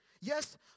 yes